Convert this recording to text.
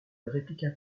répliqua